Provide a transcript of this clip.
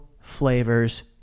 flavors